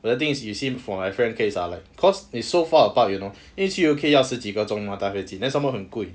but the thing is you see for my friend case ah like cause it's so far apart you know 因为去 U_K 要十几个钟搭飞机 then some more 很贵